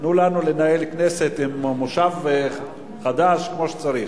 תנו לנו לנהל כנסת בכנס חדש כמו שצריך.